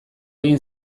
egin